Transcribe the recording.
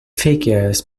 figures